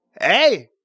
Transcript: Hey